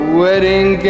wedding